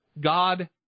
God